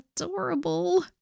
Adorable